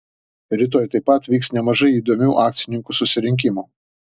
rytoj taip pat vyks nemažai įdomių akcininkų susirinkimų